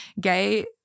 gay